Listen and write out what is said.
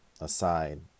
aside